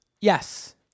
Yes